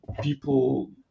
people